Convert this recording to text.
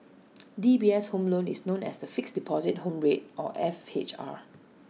DBS' home loan is known as the Fixed Deposit Home Rate or F H R